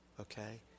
okay